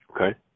Okay